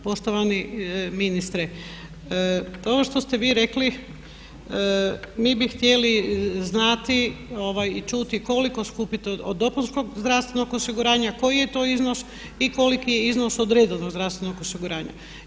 Poštovani ministre, ovo što ste vi rekli mi bi htjeli znati i čuti koliko skupite od dopunskog zdravstvenog osiguranja, koji je to iznos i koliki je iznos od redovnog zdravstvenog osiguranja?